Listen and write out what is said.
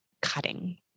cutting